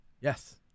Yes